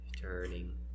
Turning